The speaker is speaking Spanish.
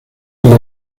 muy